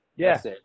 Yes